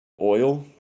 oil